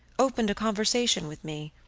opened a conversation with me,